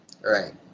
Right